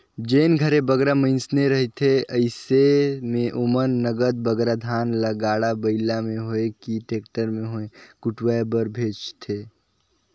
जेन घरे बगरा मइनसे रहथें अइसे में ओमन नगद बगरा धान ल गाड़ा बइला में होए कि टेक्टर में होए कुटवाए बर लेइजथें